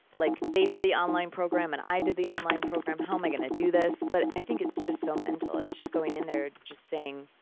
like they did the online program and i did the online program, how am i going to do this? but i think it's just so mental. it's just going in there just saying,